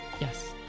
yes